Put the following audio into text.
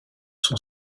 son